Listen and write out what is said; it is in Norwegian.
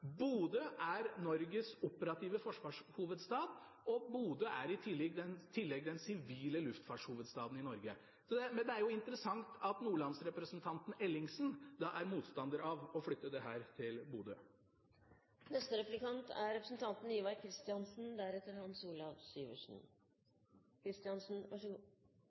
Bodø. Bodø er Norges operative forsvarshovedstad, og Bodø er i tillegg den sivile luftfartshovedstaden i Norge. Det er interessant at Nordland-representanten Ellingsen er motstander av å flytte dette til Bodø. Jeg er ganske sikker på at 2 000–3 000 berørte tilsluttet ansatte i Bodø merker seg representanten